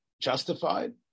justified